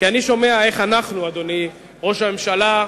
כי אני שומע איך אנחנו, אדוני, ראש הממשלה,